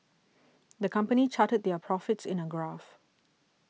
the company charted their profits in a graph